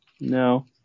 No